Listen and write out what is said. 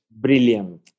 brilliant